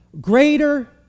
greater